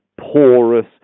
porous